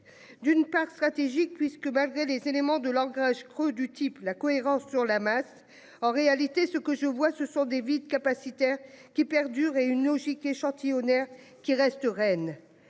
d'une part stratégique puisque malgré les éléments de langage creux du type la cohérence sur la masse, en réalité, ce que je vois ce sont des capacitaire qui perdure et une logique échantillonnaires qui reste reine.